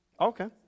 Okay